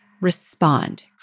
respond